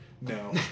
No